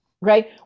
right